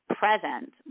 present